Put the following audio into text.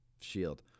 shield